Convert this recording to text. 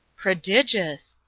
prodigious!